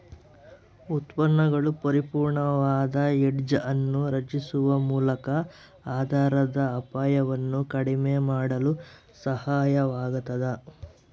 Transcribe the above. ಉತ್ಪನ್ನಗಳು ಪರಿಪೂರ್ಣವಾದ ಹೆಡ್ಜ್ ಅನ್ನು ರಚಿಸುವ ಮೂಲಕ ಆಧಾರದ ಅಪಾಯವನ್ನು ಕಡಿಮೆ ಮಾಡಲು ಸಹಾಯವಾಗತದ